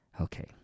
Okay